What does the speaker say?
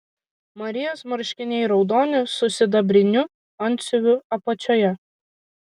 marijos marškiniai raudoni su sidabriniu antsiuvu apačioje